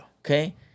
Okay